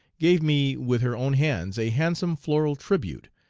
gave me with her own hands a handsome floral tribute,